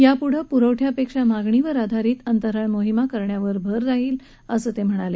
यापुढं प्रवठ्यापेक्षा मागणीवर आधारित अंतराळ मोहिमा करण्यावर भर राहील असं ते म्हणाले